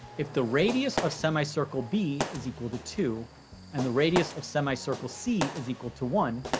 if the radius of semicircle b is equal to two and the radius of semicircle c is equal to one,